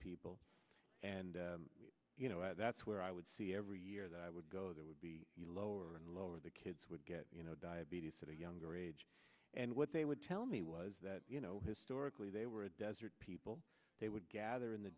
people and you know that's where i would see every year that i would go that would be lower and lower the kids would get you know diabetes at a younger age and what they would tell me was that you know historically they were a desert people they would gather in the